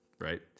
right